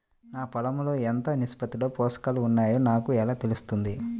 నా పొలం లో ఎంత నిష్పత్తిలో పోషకాలు వున్నాయో నాకు ఎలా తెలుస్తుంది?